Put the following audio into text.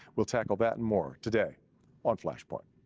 we'll tackle that and more today on flash point.